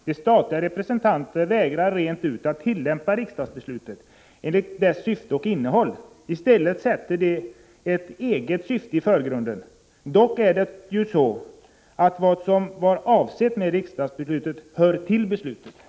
De statliga representanterna vägrar rent ut att tillämpa riksdagsbeslutet enligt dess syfte och innehåll. I stället sätter de ett eget syfte i förgrunden. Dock är Prot. 1985/86:83 det ju så att vad som var avsett med riksdagsbeslutet hör till beslutet.” 20 februari 1986